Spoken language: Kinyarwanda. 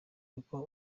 niko